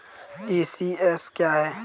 ECS क्या है?